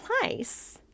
place